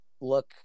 look